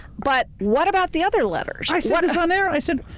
but what about the other letters? i said this on air, i said,